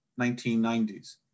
1990s